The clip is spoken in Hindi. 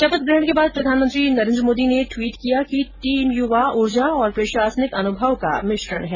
शपथग्रहण के बाद प्रधानमंत्री नरेन्द्र मोदी ने ट्वीट किया कि टीम युवा ऊर्जा और प्रशासनिक अनुभव का मिश्रण है